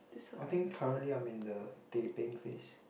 I think currently I'm in the teh peng phase